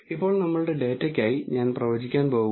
ഇപ്പോൾനമ്മളുടെ ഡാറ്റയ്ക്കായി ഞാൻ പ്രവചിക്കാൻ പോകുന്നു